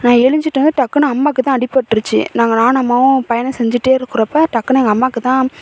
நான் எழுஞ்சிட்டேன் டக்குன்னு அம்மாவுக்கு தான் அடிபட்டிருச்சி நாங்கள் நானும் அம்மாவும் பயணம் செஞ்சிகிட்டே இருக்கிறப்ப டக்குன்னு எங்கள் அம்மாக்கு தான்